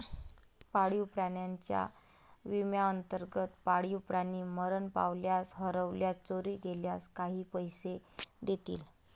पाळीव प्राण्यांच्या विम्याअंतर्गत, पाळीव प्राणी मरण पावल्यास, हरवल्यास, चोरी गेल्यास काही पैसे देतील